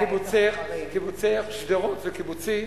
שדרות וקיבוצים.